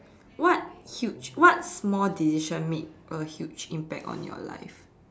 what huge what small decision made a huge impact on your life